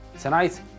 Tonight